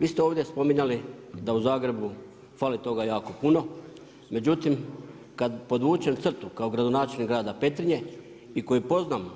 Vi ste ovdje spominjali da u Zagrebu fali toga jako puno, međutim kada podvučem crtu kao gradonačelnik grada Petrinje i koji poznam